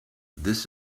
this